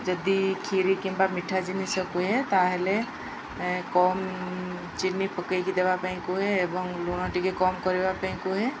ଯଦି କ୍ଷୀରି କିମ୍ବା ମିଠା ଜିନିଷ କୁହେ ତା'ହେଲେ କମ୍ ଚିନି ପକାଇକି ଦେବା ପାଇଁ କୁହେ ଏବଂ ଲୁଣ ଟିକେ କମ୍ କରିବା ପାଇଁ କୁହେ